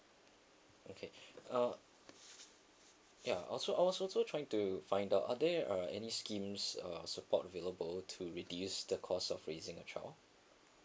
okay uh ya also I was also trying to find out are there uh any schemes uh support available to reduce the cost of raising a child